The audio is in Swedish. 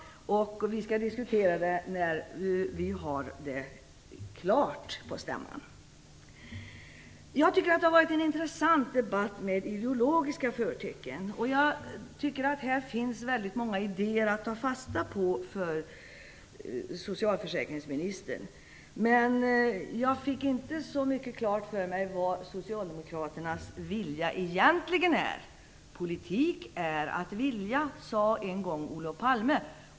Vi skall diskutera det på stämman när vi har det klart. Jag tycker att det har varit en intressant debatt med ideologiska företecken. Här finns det väldigt många idéer för socialförsäkringsministern att ta fasta på. Men jag fick inte klart för mig så mycket vad Socialdemokraternas vilja egentligen är. Politik är att vilja, sade en gång Olof Palme.